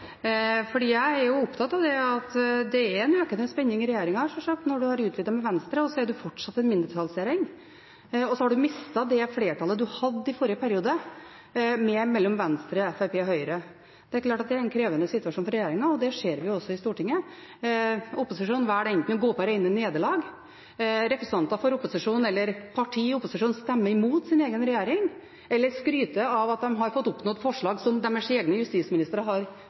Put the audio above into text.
Jeg er opptatt av at det er en økende spenning i regjeringen, sjølsagt, når en har utvidet den med Venstre og den fortsatt er en mindretallsregjering. Så har en mistet det flertallet en hadde i forrige periode med Venstre, Kristelig Folkeparti, Fremskrittspartiet og Høyre. Det er klart at det er en krevende situasjon for regjeringen, og det ser vi også i Stortinget. Posisjonen velger å gå på reine nederlag. Representanter for posisjonen er i opposisjon og stemmer imot sin egen regjering eller skryter av at de har fått fjernet forslag som deres egne justisministre har